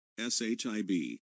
SHIB